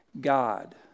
God